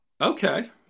okay